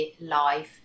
life